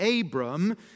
Abram